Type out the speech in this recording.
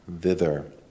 thither